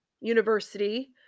university